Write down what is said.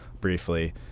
briefly